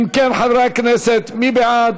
ובכן, חברי הכנסת, מי בעד?